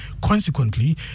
Consequently